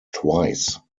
twice